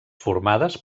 formades